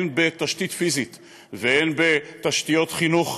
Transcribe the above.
הן בתשתית פיזית והן בתשתיות חינוך,